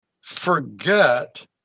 forget